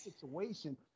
situation